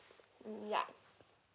mm yeah